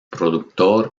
productor